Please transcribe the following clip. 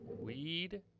weed